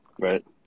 Right